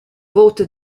vouta